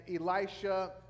Elisha